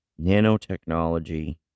Nanotechnology